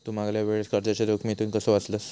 तू मागल्या वेळेस कर्जाच्या जोखमीतून कसो वाचलस